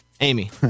Amy